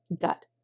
gut